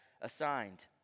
assigned